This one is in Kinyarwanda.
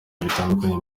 bitandukanye